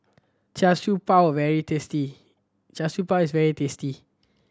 Char Siew Bao very tasty Char Siew Bao is very tasty